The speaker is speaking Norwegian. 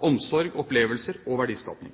omsorg, opplevelser og verdiskaping.